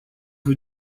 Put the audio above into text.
who